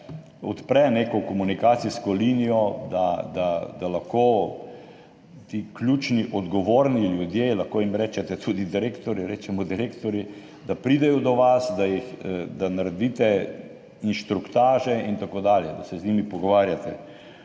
odpre neko komunikacijsko linijo, da lahko ti ključni odgovorni ljudje, lahko jim rečete, rečemo tudi direktorji, da pridejo do vas, da naredite inštruktaže in tako dalje, da se z njimi pogovarjate.